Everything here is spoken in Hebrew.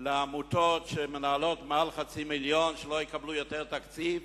על עמותות שמנהלות מעל חצי מיליון שלא יקבלו יותר תקציב,